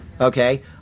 okay